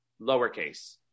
Lowercase